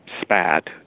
spat